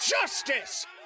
justice